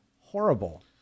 horrible